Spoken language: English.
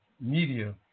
media